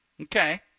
Okay